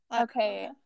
Okay